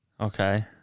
Okay